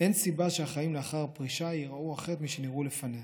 אין סיבה שהחיים לאחר הפרישה ייראו אחרת משנראו לפניה,